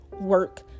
work